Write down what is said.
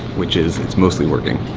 which is it's mostly working.